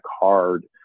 hard